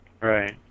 Right